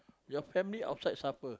your family outside suffer